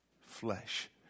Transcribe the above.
flesh